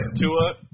Tua